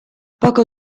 poco